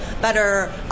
better